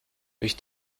durch